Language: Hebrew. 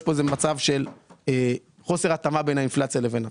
יש פה מצב של חוסר התאמה בין האינפלציה לבין התקציב.